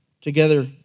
Together